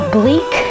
bleak